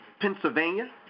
Pennsylvania